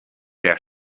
der